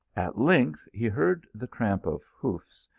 at length, he heard the tramp of hoofs,